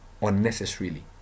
unnecessarily